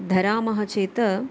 धरामः चेत्